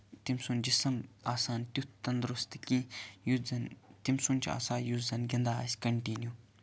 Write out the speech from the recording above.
تٔمۍ سُنٛد جِسم آسان تیُتھ تَندرُست کیٚنہہ یُس زَن تٔمۍ سُند چھُ آسان یُس زَن گِنٛدان آسہِ کَنٹِنیٛوٗ